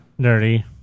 Dirty